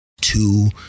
two